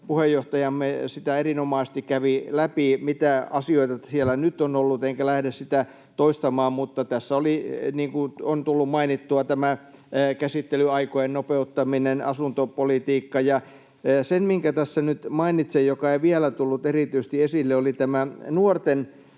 puheenjohtajamme erinomaisesti kävi läpi, mitä asioita siellä nyt on ollut, enkä lähde sitä toistamaan, mutta tässä oli, niin kuin on tullut mainittua, käsittelyaikojen nopeuttaminen ja asuntopolitiikka. Se, minkä tässä nyt mainitsen, joka ei vielä tullut erityisesti esille, on tämä nuorten